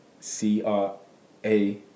C-R-A